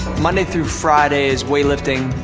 monday through friday is weightlifting,